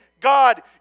God